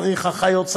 צריך אחיות,